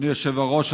אדוני היושב-ראש,